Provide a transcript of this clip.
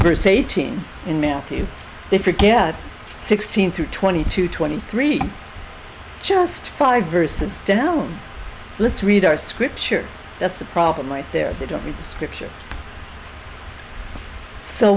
se eighteen in matthew they forget sixteen through twenty two twenty three just five verses down let's read our scripture that's the problem right there they don't read scripture so